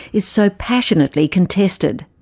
is so passionately contested.